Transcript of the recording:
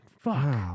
fuck